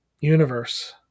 universe